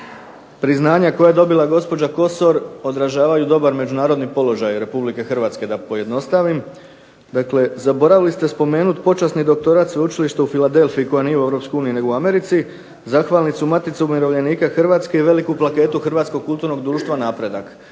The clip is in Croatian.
priznanja koja je dobila gospođa Kosor odražavaju dobar međunarodni položaj RH. Da pojednostavim, dakle zaboravili ste spomenuti počasni doktorat Sveučilišta u Filadelfiji koji nije u EU u Americi, Zahvalnicu matice umirovljenika Hrvatske i veliku plakatu Hrvatskog kulturnog društva Napredak.